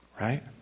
Right